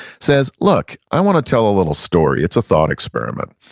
says look, i want to tell a little story. it's a thought experiment.